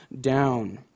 down